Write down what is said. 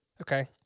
Okay